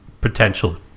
potential